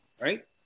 right